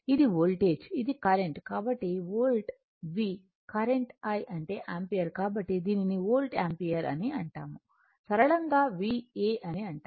ఇది వోల్టేజ్ ఇది కరెంట్ కాబట్టి వోల్ట్ V కరెంట్ అంటే I యాంపియర్ కాబట్టి దీనిని వోల్ట్ యాంపియర్ అని అంటాము సరళంగా VA అని అంటాము